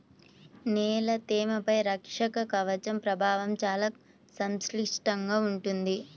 నేల తేమపై రక్షక కవచం ప్రభావం చాలా సంక్లిష్టంగా ఉంటుంది